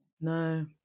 No